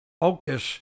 focus